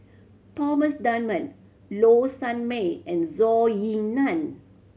Thomas Dunman Low Sanmay and Zhou Ying Nan